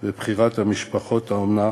לבחירת משפחות האומנה,